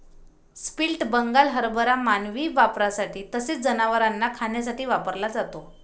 split Bengal हरभरा मानवी वापरासाठी तसेच जनावरांना खाण्यासाठी वापरला जातो